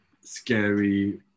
scary